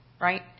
right